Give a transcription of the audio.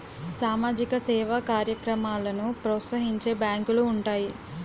సామాజిక సేవా కార్యక్రమాలను ప్రోత్సహించే బ్యాంకులు ఉంటాయి